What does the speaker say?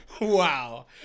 Wow